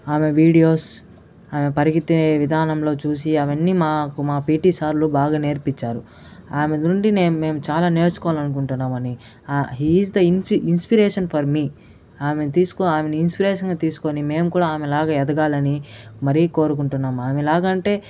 ఆమె వీడియోస్ ఆమె పరిగెత్తే విధానంలో చూసి అవన్నీ మాకు మా పిటి సార్లు బాగా నేర్పించారు ఆమె నుండి మేము చాలా నేర్చుకోవాలి అనుకుంటున్నామని she is the in inspiration for me ఆమె తీసుకుని ఆమెను ఇన్స్పిరేషన్ గా తీసుకొని మేము కూడా ఆమె లాగా ఎదగాలని మరీ కోరుకుంటున్నాం ఆమె లాగా అంటే